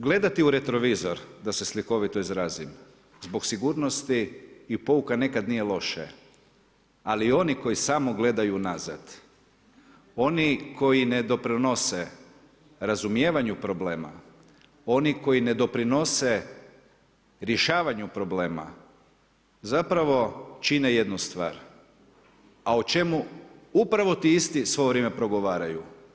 Gledati u retrovizor da se slikovito izrazim zbog sigurnosti i pouka nekad nije loše, ali oni koji samo gledaju unazad, oni koji ne doprinose razumijevanju problema, oni koji ne doprinose rješavanju problema zapravo čine jednu stvar, a o čemu upravo ti isti svo vrijeme progovaraju.